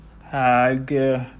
hag